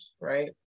Right